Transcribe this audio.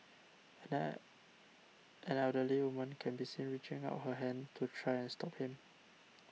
an el elderly woman can be seen reaching out her hand to try and stop him